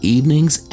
Evenings